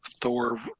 thor